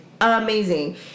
amazing